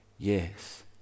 Yes